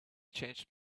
changed